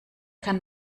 kann